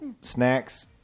snacks